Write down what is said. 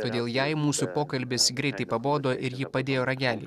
todėl jai mūsų pokalbis greitai pabodo ir ji padėjo ragelį